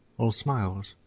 all smiles,